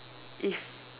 if